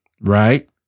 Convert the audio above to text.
right